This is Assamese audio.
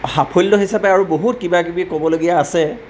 সাফল্য হিচাপে আৰু বহুত কিবা কিবি ক'বলগীয়া আছে